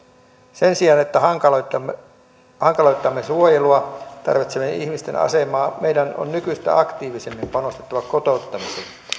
sen sijaan että hankaloitamme suojelua tarvitsevien ihmisten asemaa meidän on nykyistä aktiivisemmin panostettava kotouttamiseen